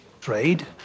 Trade